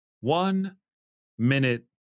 one-minute